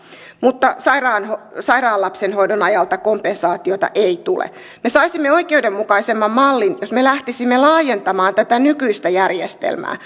mutta sairaan sairaan lapsen hoidon ajalta kompensaatiota ei tule me saisimme oikeudenmukaisemman mallin jos me lähtisimme laajentamaan tätä nykyistä järjestelmää